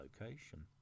location